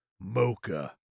mocha